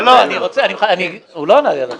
הוא לא ענה לי על השאלה.